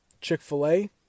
Chick-fil-A